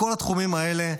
בכל התחומים האלה,